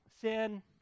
Sin